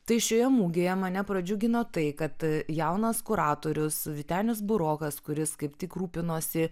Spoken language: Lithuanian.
tai šioje mugėje mane pradžiugino tai kad jaunas kuratorius vytenis burokas kuris kaip tik rūpinosi